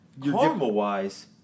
Karma-wise